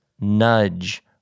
nudge